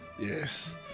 Yes